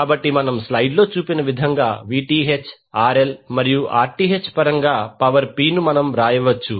కాబట్టి మనం స్లైడ్లో చూపిన విధంగా Vth RL మరియు Rth పరంగా పవర్ P ను మనం వ్రాయవచ్చు